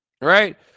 Right